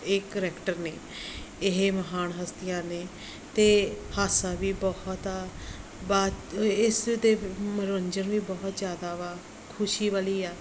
ਇਹ ਕਰੈਕਟਰ ਨੇ ਇਹ ਮਹਾਨ ਹਸਤੀਆਂ ਨੇ ਅਤੇ ਹਾਸਾ ਵੀ ਬਹੁਤ ਆ ਬਾਤ ਇਸ ਦੇ ਮਨੋਰੰਜਨ ਵੀ ਬਹੁਤ ਜ਼ਿਆਦਾ ਵਾ ਖੁਸ਼ੀ ਬਾਹਲੀ ਆ